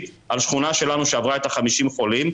על שכונה שלנו שעברה את ה-50 חולים,